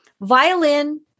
Violin